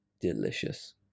delicious